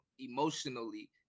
emotionally